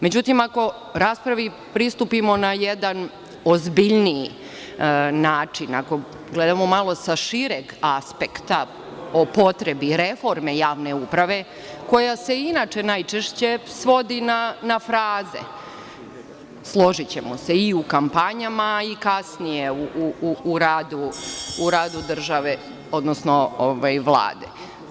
Međutim, ako raspravi pristupimo na jedan ozbiljniji način, ako gledamo malo sa šireg aspekta o potrebi reforme javne uprave koja se inače najčešće svodi na fraze, složićemo se i u kampanjama i kasnije u radu države, odnosno Vlade.